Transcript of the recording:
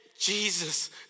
Jesus